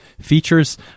features